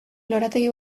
lorategi